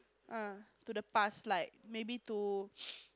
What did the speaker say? err to the past like maybe to